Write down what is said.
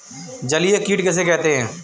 जलीय कीट किसे कहते हैं?